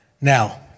Now